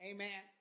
Amen